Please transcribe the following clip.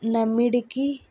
నమ్మిడికి